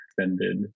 extended